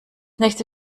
nächste